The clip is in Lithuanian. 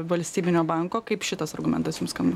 valstybinio banko kaip šitas argumentas jums skamba